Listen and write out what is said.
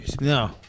No